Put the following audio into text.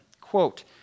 quote